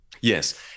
Yes